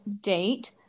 date